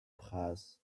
preis